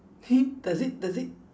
does it does it